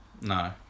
no